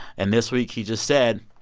and this week, he just said,